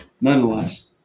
nonetheless